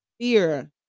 Fear